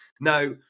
Now